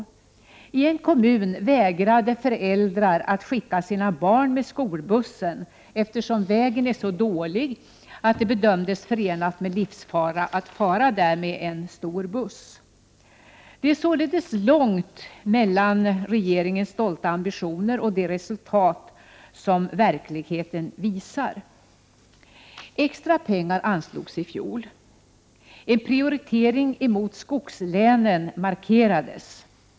I en kommun vägrade föräldrar att skicka sina barn med skolbussen, eftersom vägen är så dålig att det bedömdes förenat med livsfara att köra där med en stor buss. Det är således långt mellan regeringens stolta ambitioner och det resultat som verkligheten uppvisar. Extra pengar anslogs i fjol. En prioritering av skogslänen markerades.